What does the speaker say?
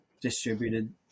distributed